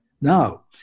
Now